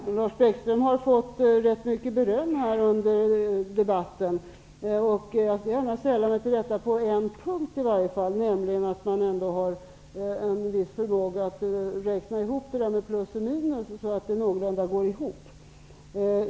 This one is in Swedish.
Lars Bäckström har under den här debatten fått ganska mycket beröm. Jag skulle i alla fall på en punkt gärna vilja sälla mig till detta, eftersom han ändå har en viss förmåga att räkna ihop plus och minus så att det någorlunda går ihop.